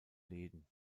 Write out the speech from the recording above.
läden